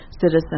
citizen